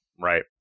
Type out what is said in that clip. Right